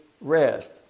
rest